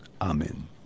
amen